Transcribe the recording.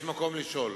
יש מקום לשאול: